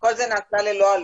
כל זה נעשה ללא עלות.